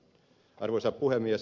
arvoisa puhemies